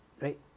Right